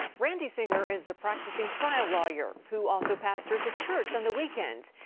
randy singer is a practicing trial lawyer who also pastors a church on the weekends.